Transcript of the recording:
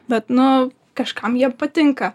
bet nu kažkam jie patinka